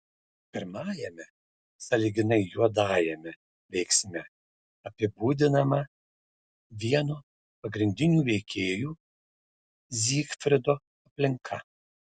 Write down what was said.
pirmajame sąlyginai juodajame veiksme apibūdinama vieno pagrindinių veikėjų zygfrido aplinka